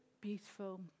beautiful